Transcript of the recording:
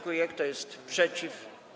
Kto jest przeciw?